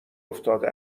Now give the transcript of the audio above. افتاده